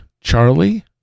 Charlie